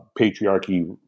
patriarchy